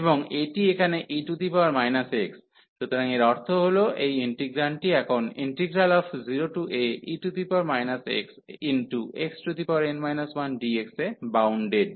এবং এটি এখানে e x সুতরাং এর অর্থ হল এই ইন্টিগ্রান্ডটি এখন 0ae xxn 1dx এ বাউন্ডেড